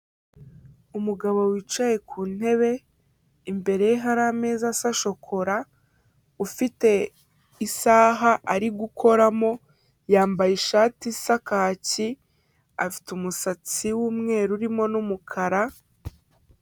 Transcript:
Umugabo wicaye ku ntebe, imbere ye hari ameza asa shokora, ufite isaha ari gukoramo, yambaye ishati isa kaki, afite umusatsi w'umweru urimo n'umukara...